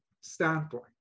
standpoint